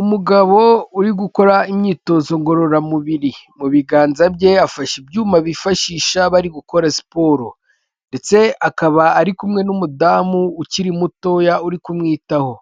Umugabo uri gukora imyitozo ngororamubiri, mu biganza bye afashe ibyuma bifashisha bari gukora siporo, ndetse akaba ari kumwe n'umudamu ukiri mutoya uri kumwitaho,